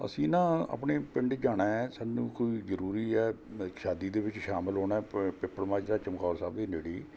ਅਸੀਂ ਨਾ ਆਪਣੇ ਪਿੰਡ ਜਾਣਾ ਏ ਸਾਨੂੰ ਕੋਈ ਜ਼ਰੂਰੀ ਹੈ ਸ਼ਾਦੀ ਦੇ ਵਿੱਚ ਸ਼ਾਮਿਲ ਹੋਣਾ ਪ ਪਿੱਪਲ ਮਾਜਰਾ ਚਮਕੌਰ ਸਾਹਿਬ ਦੇ ਨੇੜੇ ਹੀ